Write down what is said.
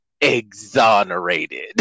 exonerated